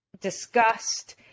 disgust